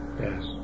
Yes